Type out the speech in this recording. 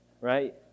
Right